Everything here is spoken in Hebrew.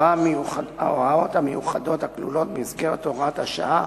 ההוראות המיוחדות הכלולות במסגרת הוראת השעה